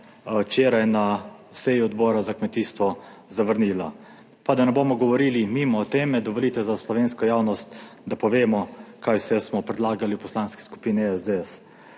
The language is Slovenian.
včeraj na seji Odbora za kmetijstvo zavrnila. Pa da ne bomo govorili mimo teme, dovolite za slovensko javnost, da povemo kaj vse smo predlagali v Poslanski skupini SDS.